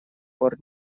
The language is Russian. пор